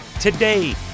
Today